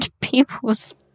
people's